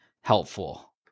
helpful